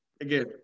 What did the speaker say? Again